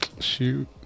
shoot